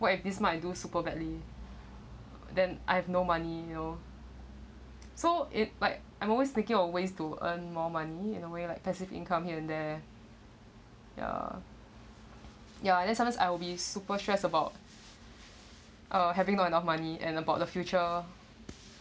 what if this month I do super badly then I have no money you know so it like I'm always thinking of ways to earn more money in a way like passive income here and there ya ya then sometimes I will be super stress about uh having not enough money and about the future